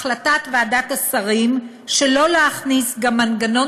החלטת ועדת השרים שלא להכניס גם מנגנון